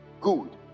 Good